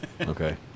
okay